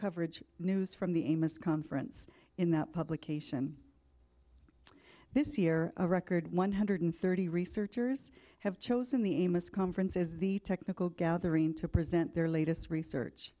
coverage news from the amos conference in that publication this year a record one hundred thirty researchers have chosen the amos conference as the technical gathering to present their latest research